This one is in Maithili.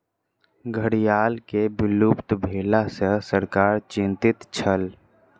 घड़ियाल के विलुप्त भेला सॅ सरकार चिंतित छल